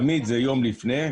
ותמיד זה יום לפני.